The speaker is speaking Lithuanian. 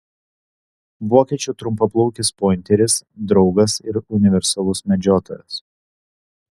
vokiečių trumpaplaukis pointeris draugas ir universalus medžiotojas